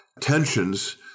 tensions